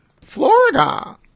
Florida